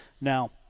Now